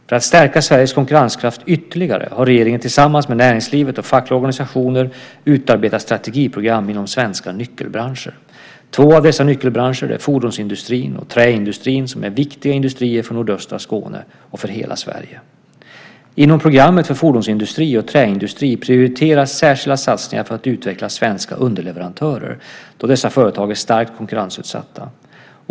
För att stärka Sveriges konkurrenskraft ytterligare har regeringen tillsammans med näringslivet och fackliga organisationer utarbetat strategiprogram inom svenska nyckelbranscher. Två av dessa nyckelbranscher är fordonsindustrin och träindustrin som är viktiga industrier för nordöstra Skåne och för hela Sverige. Inom programmet för fordonsindustri och träindustri prioriteras särskilda satsningar för att utveckla svenska underleverantörer då dessa företag är starkt konkurrensutsatta.